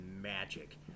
magic